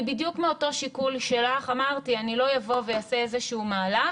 בדיוק מאותו שיקול שלך אמרתי שאני לא אעשה איזה שהוא מהלך